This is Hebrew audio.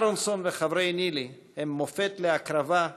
אהרונסון וחברי ניל"י הם מופת להקרבה,